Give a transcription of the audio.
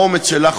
באומץ שלך,